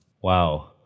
Wow